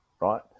right